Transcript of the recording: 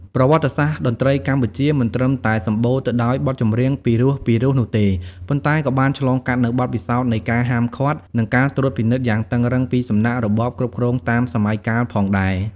ប្រវត្តិសាស្ត្រតន្ត្រីកម្ពុជាមិនត្រឹមតែសម្បូរទៅដោយបទចម្រៀងពីរោះៗនោះទេ ប៉ុន្តែក៏បានឆ្លងកាត់នូវបទពិសោធន៍នៃការហាមឃាត់ និងការត្រួតពិនិត្យយ៉ាងតឹងរ៉ឹងពីសំណាក់របបគ្រប់គ្រងតាមសម័យកាលផងដែរ។